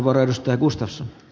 arvoisa puhemies